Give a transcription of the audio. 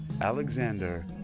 Alexander